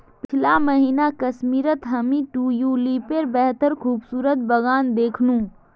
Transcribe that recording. पीछला महीना कश्मीरत हामी ट्यूलिपेर बेहद खूबसूरत बगान दखनू